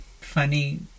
funny